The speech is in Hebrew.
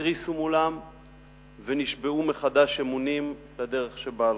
התריסו מולם ונשבעו מחדש אמונים לדרך שבה הלכו.